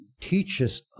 teaches